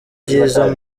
byiza